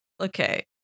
Okay